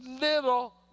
little